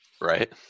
Right